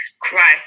Christ